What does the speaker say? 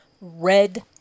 red